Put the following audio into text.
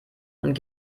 und